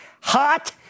hot